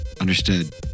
Understood